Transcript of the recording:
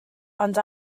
ond